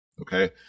okay